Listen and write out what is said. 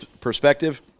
perspective